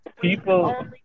People